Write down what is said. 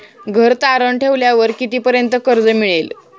घर तारण ठेवल्यावर कितीपर्यंत कर्ज मिळेल?